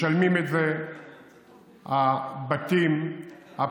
משלמים את זה הבתים הפרטיים,